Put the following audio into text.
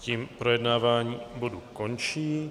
Tím projednávání bodu končím.